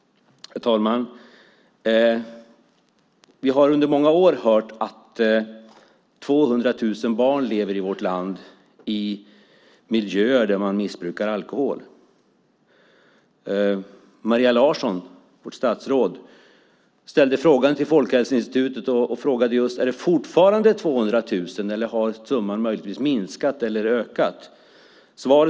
Herr talman! Vi har under många år hört att 200 000 barn i vårt land lever i miljöer där man missbrukar alkohol. Statsrådet Maria Larsson frågade Folkhälsoinstitutet om det fortfarande är 200 000 eller om summan möjligen har minskat eller ökat.